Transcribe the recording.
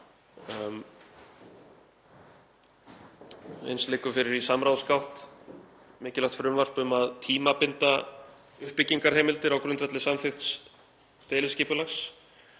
Eins liggur fyrir í samráðsgátt mikilvægt frumvarp um að tímabinda uppbyggingarheimildir á grundvelli samþykkts deiliskipulags